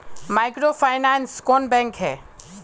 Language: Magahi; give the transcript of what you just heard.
माइक्रोफाइनांस बैंक कौन बैंक है?